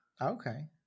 Okay